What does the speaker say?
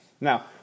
Now